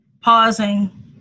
pausing